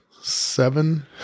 seven